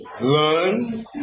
learn